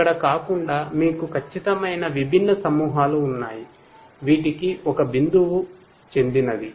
ఇక్కడ కాకుండా మీకు ఖచ్చితమైన విభిన్న సమూహాలు ఉన్నాయి వీటికి ఒక బిందువు చెందినది